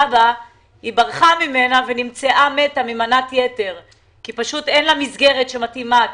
בה ונמצאה מתה ממנת יתר כי פשוט אין לה מסגרת מתאימה.